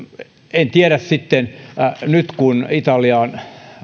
en tiedä sitten nyt kun italian